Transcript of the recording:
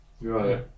right